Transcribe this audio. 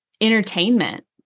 entertainment